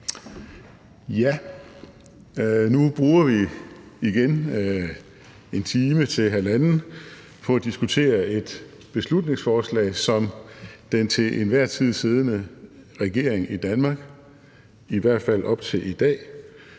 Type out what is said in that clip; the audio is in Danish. Ja, nu bruger vi igen en time til halvanden på at diskutere et beslutningsforslag, som den til enhver tid siddende regering i Danmark, i hvert fald op til i dag,